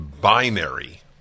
binary